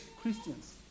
Christians